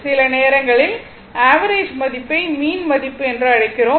சில நேரங்களில் ஆவரேஜ் மதிப்பை மீன் மதிப்பு என்று அழைக்கிறோம்